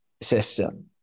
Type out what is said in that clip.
system